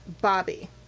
Bobby